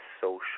social